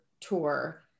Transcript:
tour